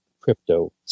crypto